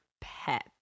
pet